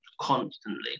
constantly